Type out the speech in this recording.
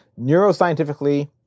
neuroscientifically